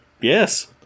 yes